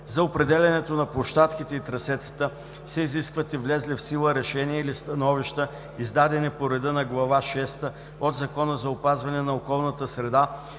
За определянето на площадките и трасетата се изискват и влезли в сила решения или становища, издадени по реда на Глава шеста от Закона за опазване на околната среда